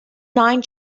nine